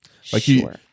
Sure